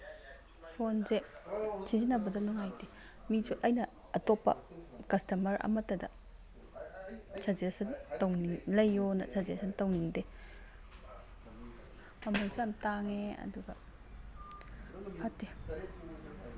ꯐꯣꯟꯁꯦ ꯁꯤꯖꯤꯟꯅꯕꯗ ꯅꯨꯡꯉꯥꯏꯇꯦ ꯃꯤꯁꯨ ꯑꯩꯅ ꯑꯇꯣꯞꯄ ꯀꯁꯇꯃꯔ ꯑꯃꯠꯇꯗ ꯁꯖꯦꯁꯟ ꯂꯩꯌꯣꯅ ꯁꯖꯦꯁꯟ ꯇꯧꯅꯤꯡꯗꯦ ꯃꯃꯟꯁꯨ ꯌꯥꯝ ꯇꯥꯡꯉꯦ ꯑꯗꯨꯒ ꯐꯠꯇꯦ